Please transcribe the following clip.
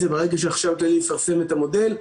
זה ברגע שהחשב הכללי יפרסם את המודל.